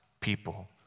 people